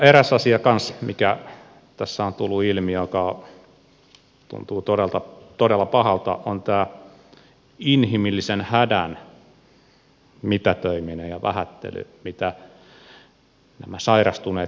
eräs asia kanssa mikä tässä on tullut ilmi ja tuntuu todella pahalta on tämä inhimillisen hädän mitätöiminen ja vähättely mitä nämä sairastuneet joissain tapauksissa ovat kokeneet